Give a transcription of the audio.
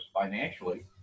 financially